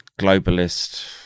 globalist